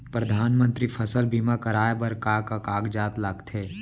परधानमंतरी फसल बीमा कराये बर का का कागजात लगथे?